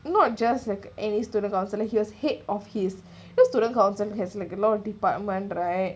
not just like any student counsellor he's head of his his student council has like a lot of department right